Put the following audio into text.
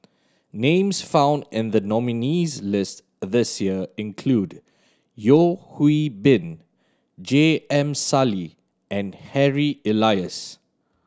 names found in the nominees' list this year include Yeo Hwee Bin J M Sali and Harry Elias